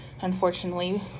unfortunately